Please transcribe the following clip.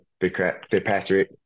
Fitzpatrick